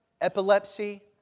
epilepsy